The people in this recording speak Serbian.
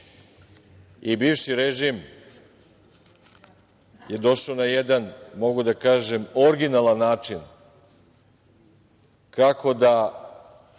reke. Bivši režim je došao na jedan, mogu da kažem, originalan način kako da